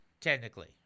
technically